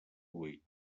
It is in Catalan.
buit